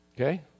Okay